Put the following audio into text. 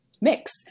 mix